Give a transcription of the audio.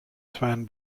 swan